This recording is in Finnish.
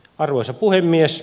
arvoisa puhemies